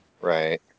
Right